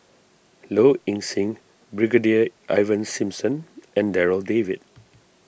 Low Ing Sing Brigadier Ivan Simson and Darryl David